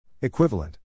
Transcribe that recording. Equivalent